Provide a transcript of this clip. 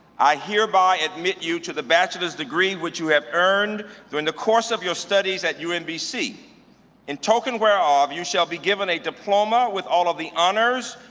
i hereby admit you to the bachelor's degree which you have earned during the course of your studies at umbc. in token whereof, you shall be given a diploma with all of the honors,